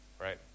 right